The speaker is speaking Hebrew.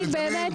פתרונות.